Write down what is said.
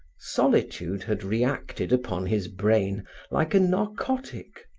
solitude had reacted upon his brain like a narcotic.